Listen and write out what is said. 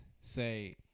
say